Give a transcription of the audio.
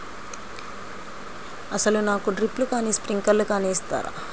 అసలు నాకు డ్రిప్లు కానీ స్ప్రింక్లర్ కానీ ఇస్తారా?